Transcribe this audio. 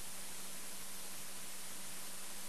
הודעה לסגן מזכיר הכנסת, בבקשה.